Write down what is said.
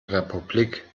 republik